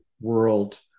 world